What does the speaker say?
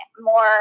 more